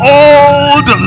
old